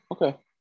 okay